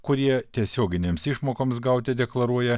kurie tiesioginėms išmokoms gauti deklaruoja